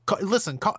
listen